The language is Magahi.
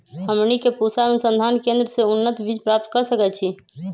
हमनी के पूसा अनुसंधान केंद्र से उन्नत बीज प्राप्त कर सकैछे?